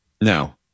No